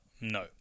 No